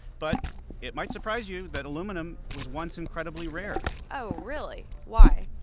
but it might surprise you that aluminum was once incredibly rare oh, really? why?